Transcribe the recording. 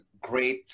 great